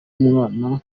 umwana